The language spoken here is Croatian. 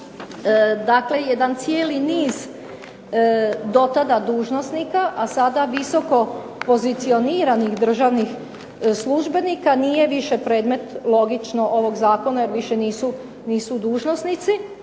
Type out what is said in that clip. dakle jedan cijeli niz dotada dužnosnika, a sada visokopozicioniranih državnih službenika nije više predmet, logično, ovog zakona jer više nisu dužnosnici.